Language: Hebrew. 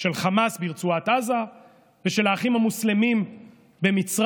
של חמאס ברצועת עזה ושל האחים המוסלמים במצרים,